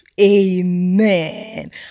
Amen